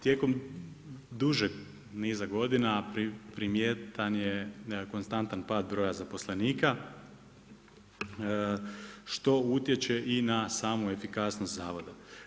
Tijekom dužeg niza godina primjetan je konstantan pad broja zaposlenika što utječe i na samu efikasnost zavoda.